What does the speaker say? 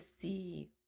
see